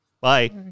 Bye